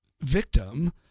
victim